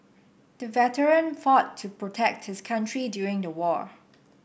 the veteran fought to protect his country during the war